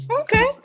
okay